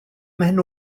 mhen